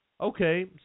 okay